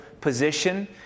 position